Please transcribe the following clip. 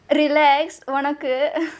relaxed உனக்கு:unakku